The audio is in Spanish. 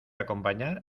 acompañar